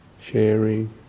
sharing